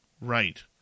Right